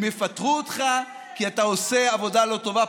הם יפטרו אותך כי אתה עושה עבודה לא טובה.